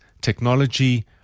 technology